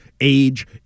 age